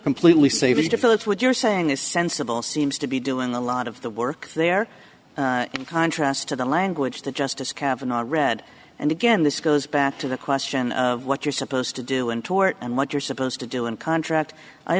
completely save you to fill it with you're saying is sensible seems to be doing a lot of the work there in contrast to the language that justice cavanagh read and again this goes back to the question of what you're supposed to do in tort and what you're supposed to do and contract i